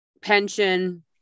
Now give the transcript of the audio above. pension